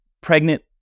pregnant